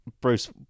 Bruce